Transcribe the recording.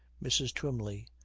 mrs. twymley.